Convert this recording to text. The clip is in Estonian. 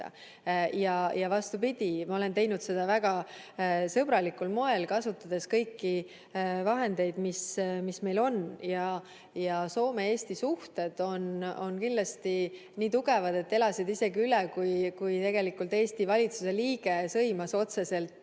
Vastupidi, ma olen teinud seda väga sõbralikul moel, kasutades kõiki vahendeid, mis meil on. Soome-Eesti suhted on kindlasti tugevad, sest need elasid üle isegi selle, kui Eesti valitsuse liige sõimas otseselt